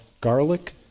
garlic